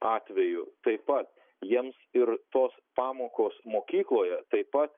atveju taip pat jiems ir tos pamokos mokykloje taip pat